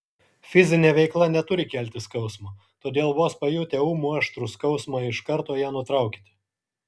fizinė veikla neturi kelti skausmo todėl vos pajutę ūmų aštrų skausmą iš karto ją nutraukite